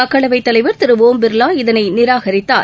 மக்களவைத் தலைவர் திருஒம் பிர்லா இதனைநிராகரித்தார்